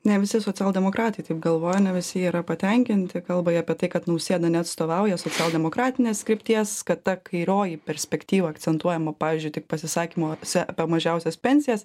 ne visi socialdemokratai taip galvoja ne visi yra patenkinti kalba jie apie tai kad nausėda neatstovauja socialdemokratinės krypties kad ta kairioji perspektyva akcentuojama pavyzdžiui tik pasisakymuose apie mažiausias pensijas